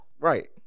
Right